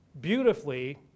beautifully